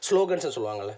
ஸ்லோகன்ஸுன்னு சொல்லுவங்கள்லை